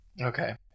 Okay